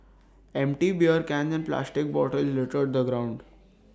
empty beer cans and plastic bottles littered the ground